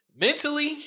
Mentally